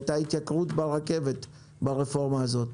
הייתה התייקרות ברכבת ברפורמה הזאת.